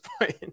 point